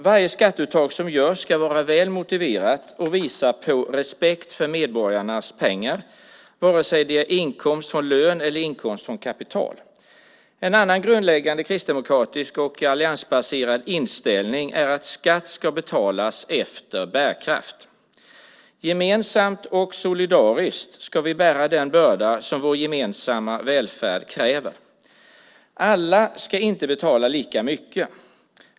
Varje skatteuttag som görs ska vara väl motiverat och visa på respekt för medborgarnas pengar vare sig det är inkomst från lön eller inkomst från kapital. En annan grundläggande kristdemokratisk och alliansbaserad inställning är att skatt ska betalas efter bärkraft. Gemensamt och solidariskt ska vi bära den börda som vår gemensamma välfärd kräver. Alla ska inte betala lika mycket.